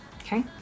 Okay